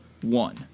one